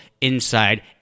inside